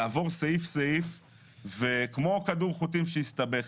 לעבור סעיף סעיף וכמו כדור חוטים שהסתבך,